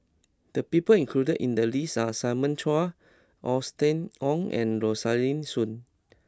the people included in the list are Simon Chua Austen Ong and Rosaline Soon